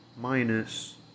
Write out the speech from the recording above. minus